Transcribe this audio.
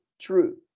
true